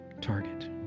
target